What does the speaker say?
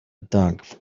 doug